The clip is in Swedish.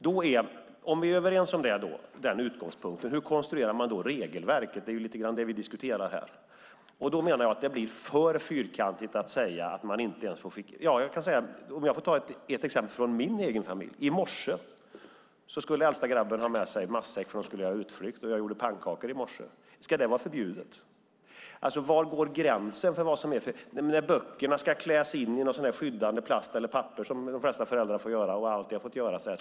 Om vi är överens om den utgångspunkten, hur konstruerar man ett regelverk? Det är lite grann det vi diskuterar här. Jag menar att det blir för fyrkantigt att säga att man inte får göra sådant. Jag kan ta ett exempel från min egen familj. I morse skulle äldsta grabben ha med sig matsäck, för de skulle göra en utflykt. Jag gjorde därför pannkakor i morse. Ska det vara förbjudet? Var går gränsen? Böckerna ska klädas i skyddande plast eller papper, som de flesta föräldrar fått göra, och annat sådant har de fått göra.